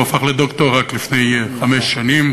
הוא הפך לדוקטור רק לפני חמש שנים,